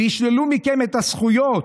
וישללו מכם את הזכויות.